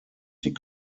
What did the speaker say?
sie